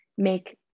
make